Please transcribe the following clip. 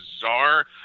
bizarre